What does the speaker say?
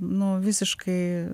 nu visiškai